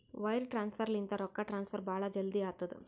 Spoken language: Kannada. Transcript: ವೈರ್ ಟ್ರಾನ್ಸಫರ್ ಲಿಂತ ರೊಕ್ಕಾ ಟ್ರಾನ್ಸಫರ್ ಭಾಳ್ ಜಲ್ದಿ ಆತ್ತುದ